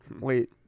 Wait